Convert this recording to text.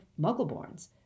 Muggleborns